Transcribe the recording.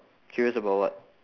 curious about what